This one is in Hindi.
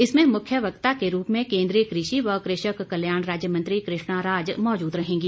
इसमें मुख्य वक्ता के रूप में केंद्रीय कृषि व कृषक कल्याण राज्य मंत्री कृष्णा राज मौजूद रहेंगी